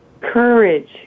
courage